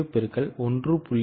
4 X 1